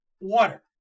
water